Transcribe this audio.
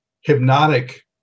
hypnotic